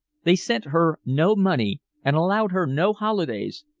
they sent her no money, and allowed her no holidays,